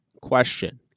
question